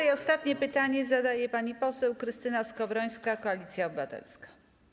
I ostatnie pytanie zadaje pani poseł Krystyna Skowrońska, Koalicja Obywatelska.